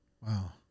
wow